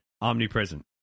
omnipresent